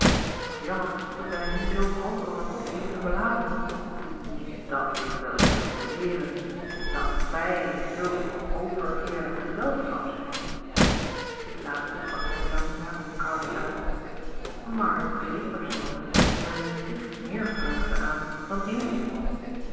wat jammer dat wij nu zoo hals over kop je moeten verlaten niet dat ik wil pretenderen dat wij zulk overheerlijk gezelschap zijn dit laatste sprak hij langzaam en kaauwend uit maar drie personen brengen ligt meer vreugde aan dan één